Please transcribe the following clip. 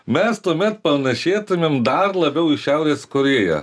mes tuomet panašėtumėm dar labiau į šiaurės korėją